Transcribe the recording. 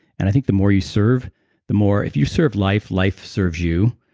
and i think the more you serve the more. if you serve life, life serves you.